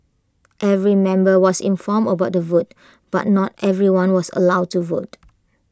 every member was informed about the vote but not everyone was allowed to vote